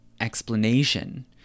explanation